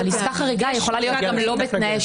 אבל עסקה חריגה יכולה להיות גם לא בתנאי השוק.